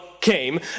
came